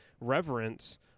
reverence